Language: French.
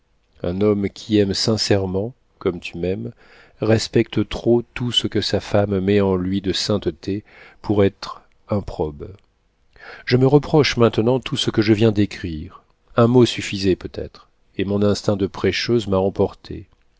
un homme qui aime sincèrement comme tu m'aimes respecte trop tout ce que sa femme met en lui de sainteté pour être improbe je me reproche maintenant tout ce que je viens d'écrire un mot suffisait peut-être et mon instinct de prêcheuse m'a emportée